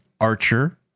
Archer